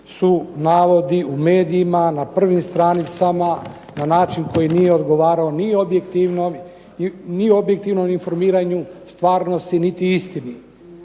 su navodi u medijima, na prvim stranicama, na način koji nije odgovarao ni objektivnom informiranju stvarnosti niti istini.